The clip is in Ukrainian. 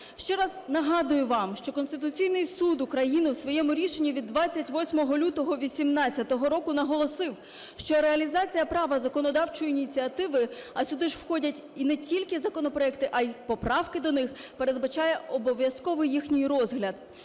Ще раз нагадую вам, що Конституційний Суд України в своєму рішенні від 28 лютого 18-го року наголосив, що реалізація права законодавчої ініціативи, а сюди ж входять не тільки законопроекти, а й поправки до них, передбачає обов'язково їхній розгляд